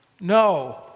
No